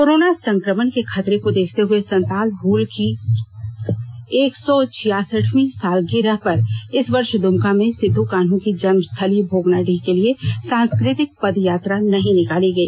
corona संक्रमण के खतरे को देखते हुए संताल हुल की एक सौ छियासठवीं सात गिरह पर इस वर्ष दुमका से सिद्ध कान्हू की जन्म स्थली भोगनाडीह के लिए सांस्कृतिक पद यात्रा नहीं निकाली गई